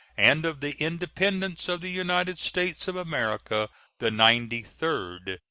and of the independence of the united states of america the ninety-third.